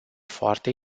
foarte